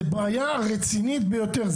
זה בעיה רצינית ביותר.